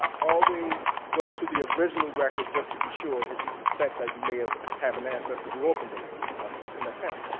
always go to the original record just to be sure if you suspect that you may have had an ancestor who opened an and account.